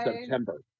September